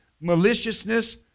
maliciousness